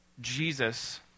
Jesus